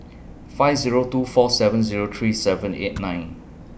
five Zero two four seven Zero three seven eight nine